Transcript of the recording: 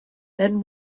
then